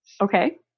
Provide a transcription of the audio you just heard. Okay